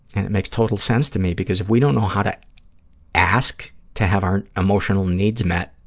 and it makes total sense to me, because if we don't know how to ask to have our emotional needs met,